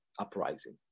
uprising